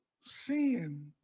sin